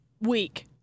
week